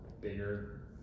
bigger